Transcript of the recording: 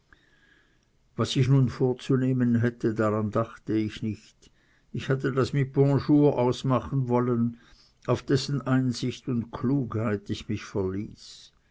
was ich nun vorzunehmen hätte daran dachte ich nicht ich hatte das mit bonjour ausmachen wollen auf dessen einsicht und klugheit ich mich verließ